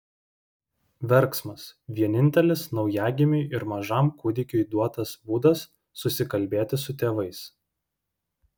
verksmas vienintelis naujagimiui ir mažam kūdikiui duotas būdas susikalbėti su tėvais